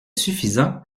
suffisants